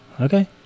okay